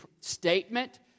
statement